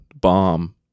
bomb